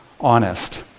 honest